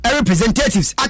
representatives